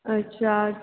अच्छा